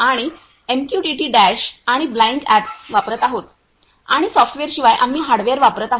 आणि आम्ही MQTT dash आणि ब्लाइंक अॅप्स वापरत आहोत आणि सॉफ्टवेअरशिवाय आम्ही हार्डवेअर वापरत आहोत